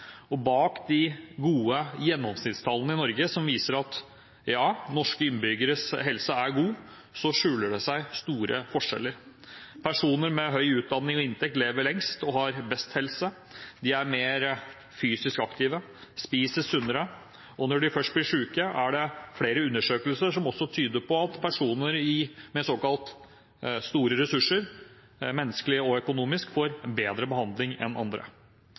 fordelt. Bak de gode gjennomsnittstallene i Norge som viser at ja, norske innbyggeres helse er god, skjuler det seg store forskjeller. Personer med høy utdanning og inntekt lever lengst og har best helse. De er mer fysisk aktive og spiser sunnere, og det er flere undersøkelser som tyder på at personer med såkalt store ressurser, menneskelig og økonomisk, får bedre behandling